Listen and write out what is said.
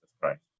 Christ